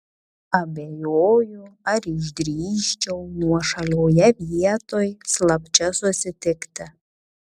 abejoju ar išdrįsčiau nuošalioje vietoj slapčia susitikti